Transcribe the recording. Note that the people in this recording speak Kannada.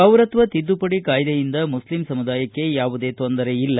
ಪೌರತ್ವ ತಿದ್ದುಪಡಿ ಕಾಯ್ದೆಯಿಂದ ಮುಸ್ಲಿಂ ಸಮುದಾಯಕ್ಕೆ ಯಾವುದೇ ತೊಂದರೆ ಇಲ್ಲ